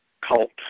cult